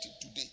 today